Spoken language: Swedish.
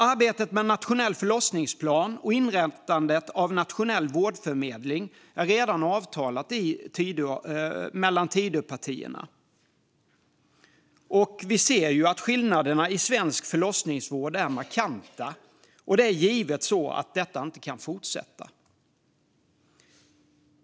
Arbetet med en nationell förlossningsplan och inrättandet av en nationell vårdförmedling är redan avtalat mellan Tidöpartierna. Vi ser att skillnaderna i svensk förlossningsvård är markanta, och givetvis kan detta inte fortsätta.